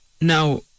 Now